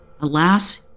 Alas